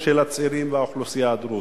של הצעירים באוכלוסייה הדרוזית.